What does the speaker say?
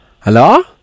Hello